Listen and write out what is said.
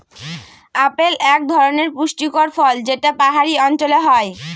apple এক ধরনের পুষ্টিকর ফল যেটা পাহাড়ি অঞ্চলে হয়